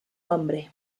hombre